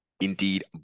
indeed